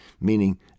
meaning